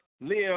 live